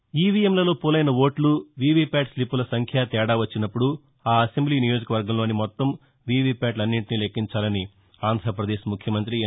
ను ఈవీఎంలలో పోలైన ఓట్లు వీవీప్యాట్ స్లిప్పుల సంఖ్య తేడా వచ్చినప్పుడు ఆ అసెంబ్లీ నియోజకవర్గంలోని మొత్తం వీవీప్యాట్లన్నింటినీ లెక్కించాలని ఆంధ్రాపదేక్ ముఖ్యమంత్రి ఎన్